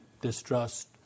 distrust